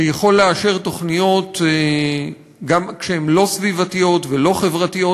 שיכול לאשר תוכניות גם כשהן לא סביבתיות ולא חברתיות,